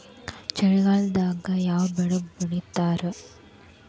ಚಳಿಗಾಲದಾಗ್ ಯಾವ್ ಬೆಳಿ ಬೆಳಿತಾರ?